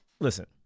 listen